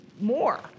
more